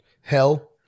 hell